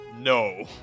No